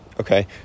Okay